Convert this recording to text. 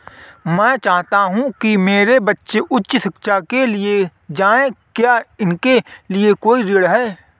मैं चाहता हूँ कि मेरे बच्चे उच्च शिक्षा के लिए जाएं क्या इसके लिए कोई ऋण है?